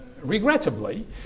Regrettably